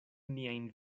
niajn